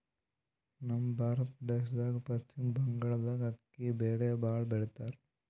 ನಮ್ ಭಾರತ ದೇಶದ್ದ್ ಪಶ್ಚಿಮ್ ಬಂಗಾಳ್ದಾಗ್ ಅಕ್ಕಿ ಬೆಳಿ ಭಾಳ್ ಬೆಳಿತಾರ್